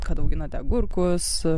kad auginate agurkus